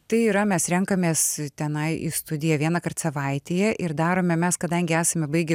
tai yra mes renkamės tenai į studiją vienąkart savaitėje ir darome mes kadangi esame baigę